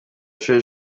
inshuro